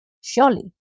Surely